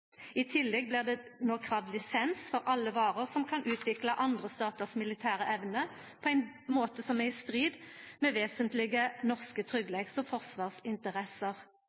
I tillegg blir det no kravd lisens for alle varer som kan utvikla andre statars militære evne på ein måte som er i strid med vesentlege norske tryggleiks- og forsvarsinteresser.